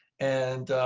and